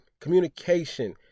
communication